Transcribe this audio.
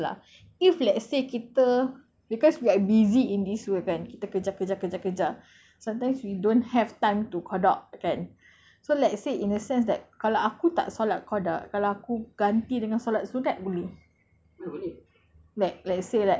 ki~ I I wanted to I wanted to ask lah if let's say kita because we are busy in this world kan kita kejar kejar kejar kejar sometimes we don't have time to qada kan so let's say in a sense that kalau aku tak solat qada kalau aku ganti dengan solat sunat boleh